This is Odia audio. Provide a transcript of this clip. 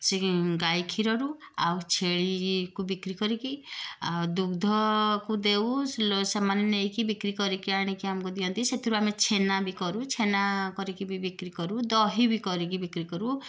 ସେଇ ଗାଈ କ୍ଷୀରରୁ ଆଉ ଛେଳିକୁ ବିକ୍ରି କରିକି ଆଉ ଦୁଗ୍ଧକୁ ଦେଉ ସେମାନେ ନେଇକି ବିକ୍ରି କରିକି ଆଣିକି ଆମକୁ ଦିଅନ୍ତି ସେଥିରେ ଆମେ ଛେନା ବି କରୁ ଛେନା କରିକି ବି ବିକ୍ରି କରୁ ଦହି ବି କରିକି ବିକ୍ରି କରୁ